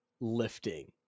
lifting